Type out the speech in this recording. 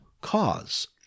cause